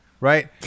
right